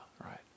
Right